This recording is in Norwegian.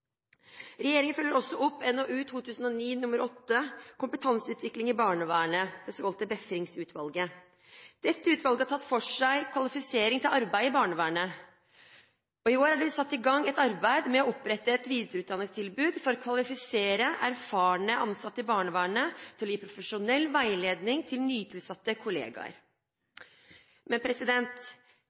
Regjeringen følger også opp NOU 2009 :8 Kompetanseutvikling i barnevernet, det såkalte Befring-utvalget. Dette utvalget har tatt for seg kvalifisering til arbeidet i barnevernet. I år er det blitt satt i gang et arbeid med å opprette et videreutdanningstilbud for å kvalifisere erfarne ansatte i barnevernet til å gi profesjonell veiledning til nytilsatte